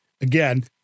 again